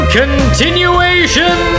continuation